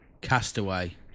Castaway